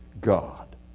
God